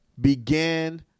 began